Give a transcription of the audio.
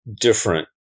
different